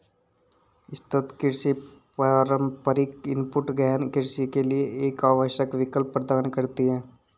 सतत कृषि पारंपरिक इनपुट गहन कृषि के लिए एक आवश्यक विकल्प प्रदान करती है